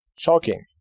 Shocking